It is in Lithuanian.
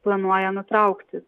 planuoja nutraukti